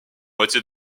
moitié